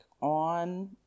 on